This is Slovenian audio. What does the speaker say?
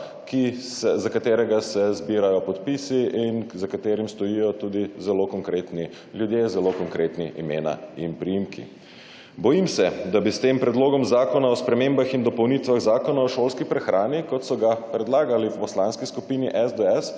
za katerega se zbirajo podpisi in za katerim stojijo tudi zelo konkretni ljudje, zelo konkretna imena in priimki. Bojim se, da bi s tem Predlogom zakona o spremembah in dopolnitvah Zakona o šolski prehrani, kot so ga predlagali v Poslanski skupini SDS,